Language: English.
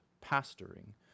pasturing